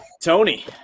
Tony